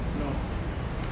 no